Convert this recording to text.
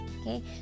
Okay